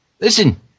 Listen